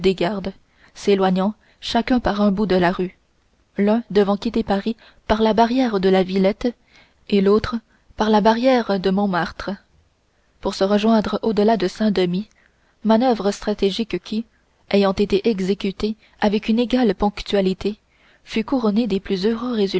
s'éloignèrent chacun par un bout de la rue l'un devant quitter paris par la barrière de la villette et l'autre par la barrière de montmartre pour se rejoindre au-delà de saint-denis manoeuvre stratégique qui ayant été exécutée avec une égale ponctualité fut couronnée des plus heureux